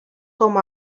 com